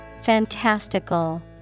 Fantastical